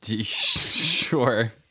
Sure